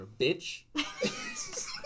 bitch